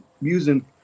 using